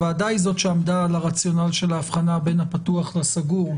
הוועדה היא זאת שעמדה על הרציונל של האבחנה בין הפתוח לסגור.